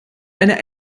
eine